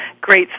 great